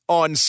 on